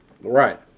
Right